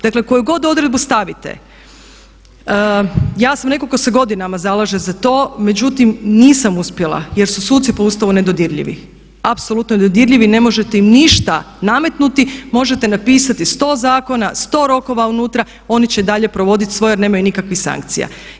Dakle koju god odredbu stavite, ja sam netko tko se godinama zalaže za to, međutim nisam uspjela jer su suci po Ustavu nedodirljivi, apsolutno nedodirljivi, ne možete im ništa nametnuti, možete napisati sto zakona, sto rokova unutra oni će i dalje provoditi svoje jer nemaju nikakvih sankcija.